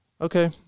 Okay